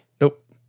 nope